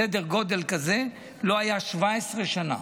בסדר גודל כזה, 17 שנה.